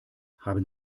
haben